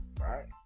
Right